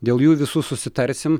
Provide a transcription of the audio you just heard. dėl jų visų susitarsim